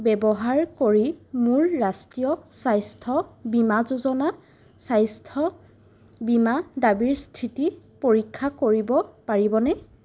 ব্যৱহাৰ কৰি মোৰ ৰাষ্ট্ৰীয় স্বাস্থ্য বীমা যোজনা স্বাস্থ্য বীমা দাবীৰ স্থিতি পৰীক্ষা কৰিব পাৰিবনে